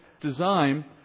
design